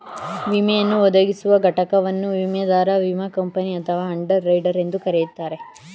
ವಿಮೆಯನ್ನು ಒದಗಿಸುವ ಘಟಕವನ್ನು ವಿಮಾದಾರ ವಿಮಾ ಕಂಪನಿ ಅಥವಾ ಅಂಡರ್ ರೈಟರ್ ಎಂದು ಕರೆಯುತ್ತಾರೆ